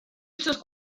esos